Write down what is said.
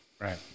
Right